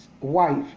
wife